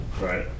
Right